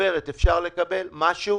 אפשר לקבל משהו?